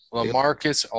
Lamarcus